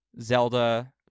Zelda